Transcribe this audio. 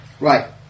Right